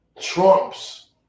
Trump's